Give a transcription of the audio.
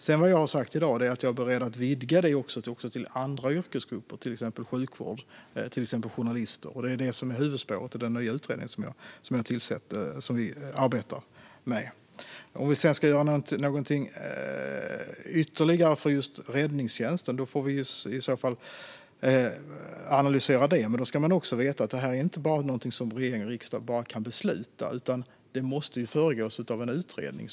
Sedan har jag i dag sagt att jag är beredd att vidga detta också till andra yrkesgrupper, till exempel sjukvårdspersonal och journalister. Det är det som är huvudspåret i den nya utredningen. Om vi ska göra någonting ytterligare för just räddningstjänsten får vi i så fall analysera det. Men man ska veta att detta inte är någonting som regering och riksdag bara kan besluta, utan det måste föregås av en utredning.